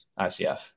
ICF